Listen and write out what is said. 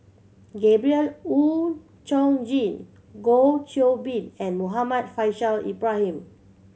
Gabriel Oon Chong Jin Goh Qiu Bin and Muhammad Faishal Ibrahim